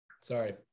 Sorry